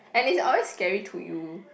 and it's always scary to you